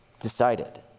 decided